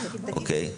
אוקי.